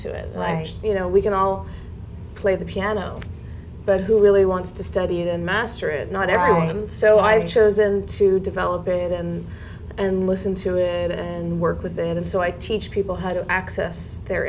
and i you know we can all play the piano but who really wants to study it and master it not everyone so i've chosen to develop it and and listen to it and work with it and so i teach people how to access the